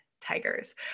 Tigers